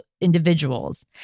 individuals